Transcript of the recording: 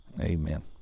amen